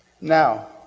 Now